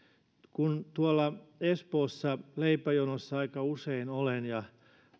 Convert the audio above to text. kun tuolla espoossa leipäjonossa aika usein olen ja